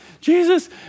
Jesus